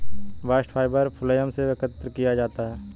bast fibre phloem से एकत्र किया जाता है